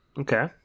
Okay